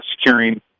securing